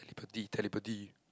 telepathy telepathy